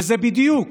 זה בדיוק